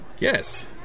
Yes